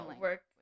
work